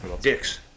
dicks